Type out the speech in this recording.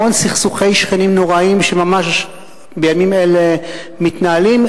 המון סכסוכי שכנים נוראיים שממש בימים אלה מתנהלים,